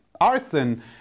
Arson